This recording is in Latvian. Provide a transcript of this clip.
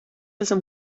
esam